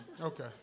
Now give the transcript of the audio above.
Okay